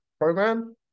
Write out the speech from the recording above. program